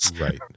right